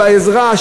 בעזרה,